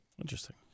Interesting